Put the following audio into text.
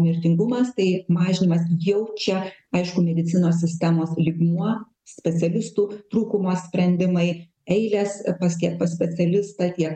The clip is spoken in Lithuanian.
mirtingumas tai mažinimas jau čia aišku medicinos sistemos lygmuo specialistų trūkumas sprendimai eilės pas tiek pas specialistą tiek